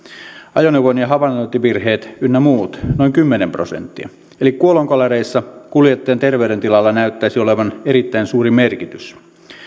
ajoneuvo ja havainnointivirheet ynnä muut noin kymmenen prosenttia eli kuolonkolareissa kuljettajan terveydentilalla näyttäisi olevan erittäin suuri merkitys